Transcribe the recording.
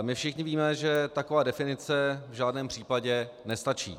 My všichni víme, že taková definice v žádném případě nestačí.